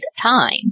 time